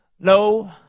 No